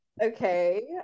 okay